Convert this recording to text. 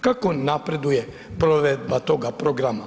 Kako napreduje provedba toga programa?